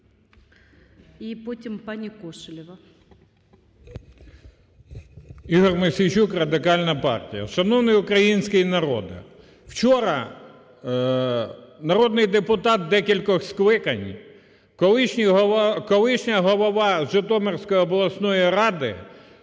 МОСІЙЧУК І.В. Ігор Мосійчук, Радикальна партія. Шановний український народе! Вчора народний депутат декількох скликань, колишня голова Житомирської обласної ради,